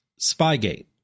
Spygate